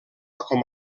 com